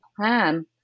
plan